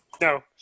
No